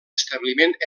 establiment